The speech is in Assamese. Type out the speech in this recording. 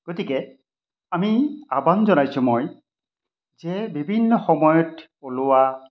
গতিকে আমি আহ্ৱান জনাইছোঁ মই যে বিভিন্ন সময়ত ওলোৱা